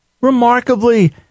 remarkably